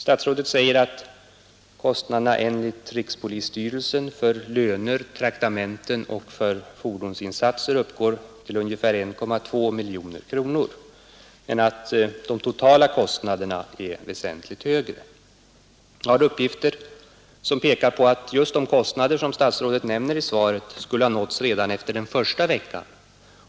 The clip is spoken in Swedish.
Statsrådet uppger att kostnaderna för löner, traktamenten och fordonsinsatser uppgår till enligt rikspolisstyrelsens uppgift ca 1,2 miljoner kronor. Som framgår av svaret är emellertid de totala kostnaderna väsentligt högre. Jag har uppgifter som pekar på att just de kostnader som nämns i interpellations svaret skulle ha nåtts redan efter den första veckan.